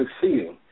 succeeding